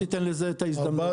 אז אולי תיתן לזה את ההזדמנות?